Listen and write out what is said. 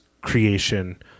creation